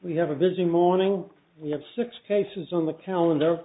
we have a busy morning we have six cases on the calendar